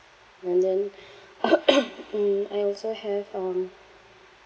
and then mm I also have um